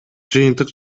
жыйынтык